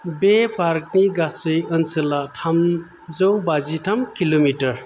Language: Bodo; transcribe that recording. बे पार्कनि गासै ओनसोला थामजौ बाजिथाम किल'मिटार